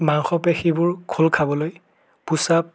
মাংসপেশীবোৰ খোল খাবলৈ পুছ আপ